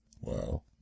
Wow